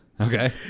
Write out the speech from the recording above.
Okay